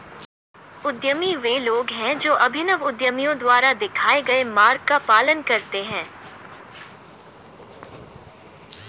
उद्यमी वे लोग हैं जो अभिनव उद्यमियों द्वारा दिखाए गए मार्ग का पालन करते हैं